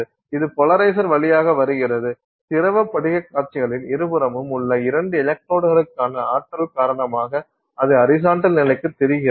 இது போலரைசர் வழியாக வருகிறது திரவ படிகக் காட்சியின் இருபுறமும் உள்ள 2 எலக்ட்ரோடுகலுகான ஆற்றல் காரணமாக அது ஹரிசாண்டல் நிலைக்குத் திரிகிறது